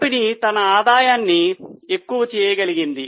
company తన ఆదాయాన్ని ఎక్కువ చేయగలిగింది